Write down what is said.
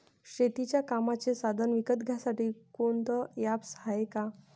शेतीच्या कामाचे साधनं विकत घ्यासाठी कोनतं ॲप हाये का?